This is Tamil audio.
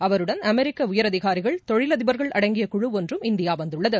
அவருடன் அமெிக்கஉயரதிகாரிகள் தொழிலதிபர்கள் அடங்கிய குழு ஒன்றும் வந்துள்ளது